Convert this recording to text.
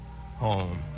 Home